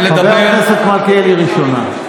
חבר הכנסת מלכיאלי, ראשונה.